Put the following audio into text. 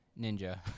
Ninja